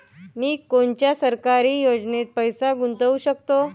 मी कोनच्या सरकारी योजनेत पैसा गुतवू शकतो?